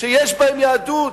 שיש בהן יהדות.